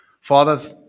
Father